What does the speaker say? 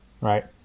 right